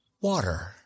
water